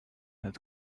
had